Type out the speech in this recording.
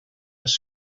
els